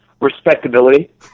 Respectability